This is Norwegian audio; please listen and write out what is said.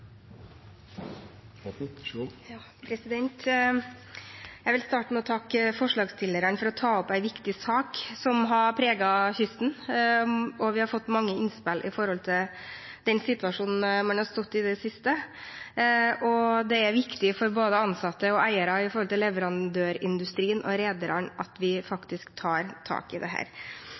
en så god og forsvarlig måte som den har gjort. Jeg vil starte med å takke forslagsstillerne for å ta opp en viktig sak som har preget kysten. Vi har fått mange innspill om den situasjonen en har stått i i det siste. Det er viktig for både ansatte og eiere i leverandørindustrien og rederne at vi faktisk tar tak i